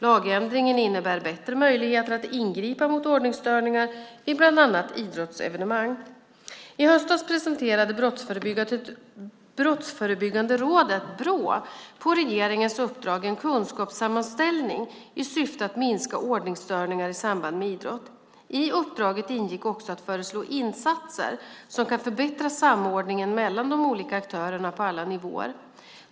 Lagändringen innebär bättre möjligheter att ingripa mot ordningstörningar vid bland annat idrottsarrangemang. I höstas presenterade Brottsförebyggande rådet, Brå, på regeringens uppdrag en kunskapssammanställning i syfte att minska ordningsstörningar i samband med idrott. I uppdraget ingick också att föreslå insatser som kan förbättra samordningen mellan de olika aktörerna på alla nivåer.